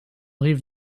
rive